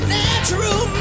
natural